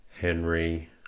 Henry